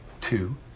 two